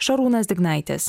šarūnas dignaitis